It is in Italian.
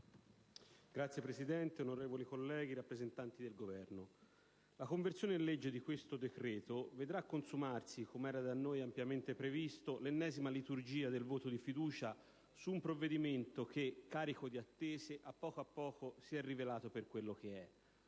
Signor Presidente, onorevoli colleghi, signori rappresentanti del Governo, la conversione in legge del decreto-legge in esame vedrà consumarsi, come da noi ampiamente previsto, l'ennesima liturgia del voto di fiducia, su un provvedimento che, carico di attese, a poco a poco si è rivelato per quello che è: